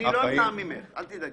זה --- אני לא אמנע ממך, אל תדאגי.